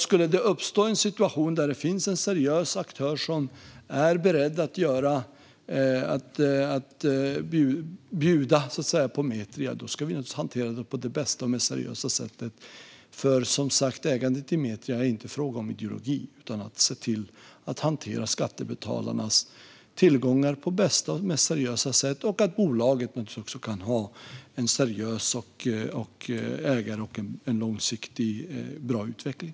Skulle det uppstå en situation där det finns en seriös aktör som är beredd att bjuda på Metria ska vi naturligtvis hantera detta på det bästa och mest seriösa sättet. Som sagt är ägandet i Metria inte en fråga om ideologi, utan det handlar om att hantera skattebetalarnas tillgångar på bästa och mest seriösa sätt. Bolaget ska naturligtvis ha en seriös ägare och en långsiktigt bra utveckling.